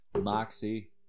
Moxie